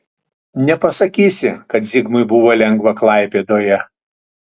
nepasakysi kad zigmui buvo lengva klaipėdoje